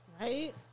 Right